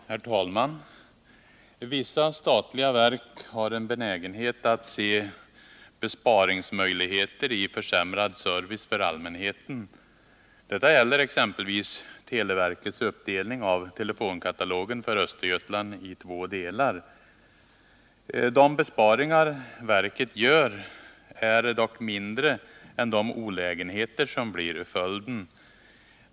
Herr talman! Vissa statliga verk har en benägenhet att se besparingsmöjligheter i försämrad service för allmänheten. Detta gäller exempelvis televerkets uppdelning av telefonkatalogen för Östergötland i två delar. De besparingar verket gör är dock mindre än de olägenheter som blir följden.